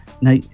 Now